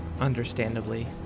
understandably